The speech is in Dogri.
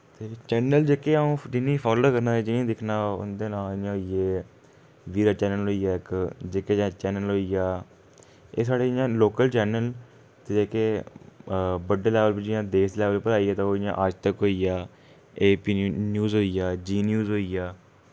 ते चैनल जेह्के अ'ऊं जिनें गी फालो करना ते जिनें गी दिक्खना उं'दे नांऽ इ'यां होई गे वीरा चैनल होई गेआ इक जेके चैनल होई गेआ एह् साढ़े इ'यां लोकल चैनल न ते जेह्के बड्डे लैवल पर जि'यां देश लैवल पर आई गे जि'यां आजतक होई गेआ एबीपी न्यूज होई गेआ जी न्यूज होई गेआ